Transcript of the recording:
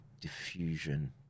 diffusion